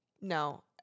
No